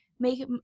make